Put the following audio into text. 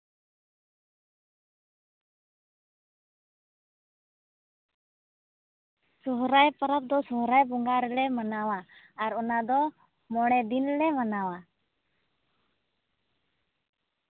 ᱥᱚᱨᱦᱟᱭ ᱯᱚᱨᱚᱵᱽ ᱫᱚ ᱥᱚᱨᱦᱟᱭ ᱵᱚᱸᱜᱟ ᱨᱮᱞᱮ ᱢᱟᱱᱟᱣᱟ ᱟᱨ ᱚᱱᱟ ᱫᱚ ᱢᱚᱬᱮ ᱫᱤᱱ ᱞᱮ ᱢᱟᱱᱟᱣᱟ